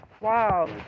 Wow